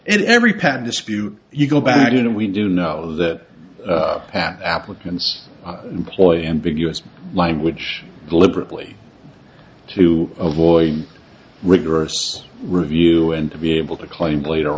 dispute you go back in and we do know that pat applicants employ ambiguous language deliberately to avoid rigorous review and to be able to claim later